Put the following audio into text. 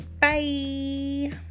Bye